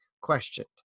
questioned